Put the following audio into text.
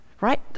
right